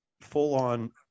full-on